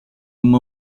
uma